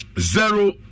zero